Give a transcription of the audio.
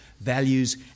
values